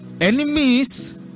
enemies